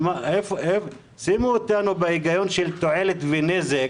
תועלת, שימו אותנו בהגיון של תועלת ונזק